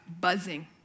buzzing